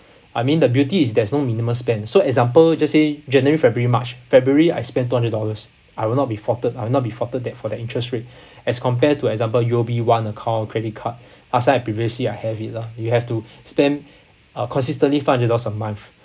I mean the beauty is there is no minimum spend so example just say january february march february I spent two hundred dollars I will not be faulted I'll not be faulted that for the interest rate as compare to example U_O_B one account credit card last time I previously I have it lah you have to spend uh consistently five hundred dollars a month